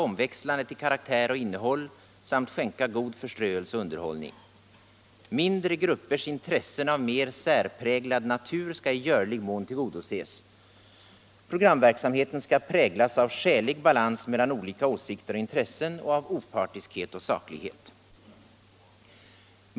Mindre gruppers intressen av mer särpräglad natur skall i möjlig mån tillgodoses. Programverksamheten skall präglas av skälig balans mellan olika åsikter och intressen och av opartiskhet och saklighet.